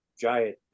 giant